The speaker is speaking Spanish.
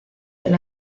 del